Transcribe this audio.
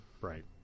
right